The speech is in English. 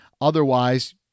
Otherwise